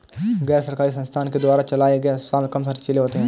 गैर सरकारी संस्थान के द्वारा चलाये गए अस्पताल कम ख़र्चीले होते हैं